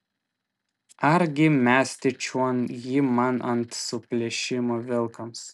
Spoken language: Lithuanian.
argi mesti čion jį man ant suplėšymo vilkams